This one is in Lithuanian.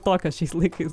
tokios šiais laikais